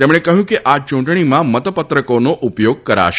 તેમણે કહ્યું કે આ ચૂંટણીમાં મતપત્રકોનો ઉપયોગ કરાશે